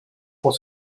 pour